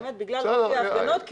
באמת בגלל אופי ההפגנות,